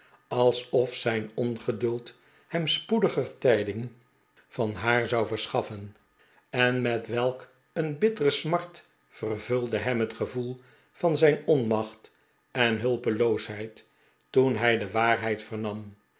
alsof zijn ongeduld hem spoediger tijding van haar zou verschaffen en met welk een bittere smart vervulde hem het gevoel van zijn onmacht en hulpeloosheid toen hij de waarheid